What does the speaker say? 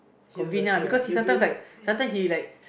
convenient because he sometimes like sometimes he like